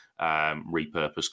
repurpose